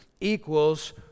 equals